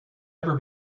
ever